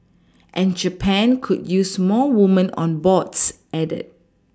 and Japan could use more woman on boards added